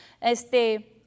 Este